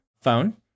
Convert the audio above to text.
phone